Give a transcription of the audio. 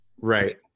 Right